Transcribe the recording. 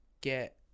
get